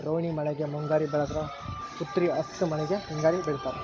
ರೋಣಿ ಮಳೆಗೆ ಮುಂಗಾರಿ ಬೆಳದ್ರ ಉತ್ರಿ ಹಸ್ತ್ ಮಳಿಗೆ ಹಿಂಗಾರಿ ಬೆಳಿತಾರ